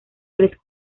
tres